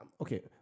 okay